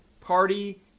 party